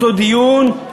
אותו דיון,